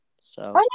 so-